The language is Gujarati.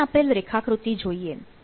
અહીં આપેલ રેખાકૃતિ જોઈએ